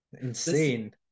insane